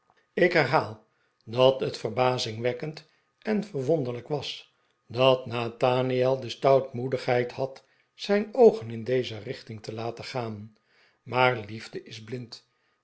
ik herhaal dat het verbazingwekkend en verwonderlijk was dat nathaniel de stoutmoedigheid had zijn oogen in deze richting te laten gaan maar liefde is blind